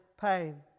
pain